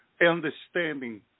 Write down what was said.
understanding